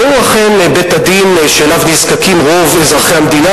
והוא אכן בית-הדין שלו נזקקים רוב אזרחי המדינה,